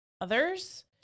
others